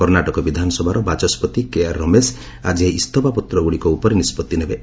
କର୍ଷ୍ଣାଟକ ବିଧାନସଭାର ବାଚସ୍କତି K R Ramesh ଆକି ଏହି ଇସଫା ପତ୍ରଗୁଡ଼ିକ ଉପରେ ନିଷ୍ପଭି ନେବେ